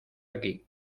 aquí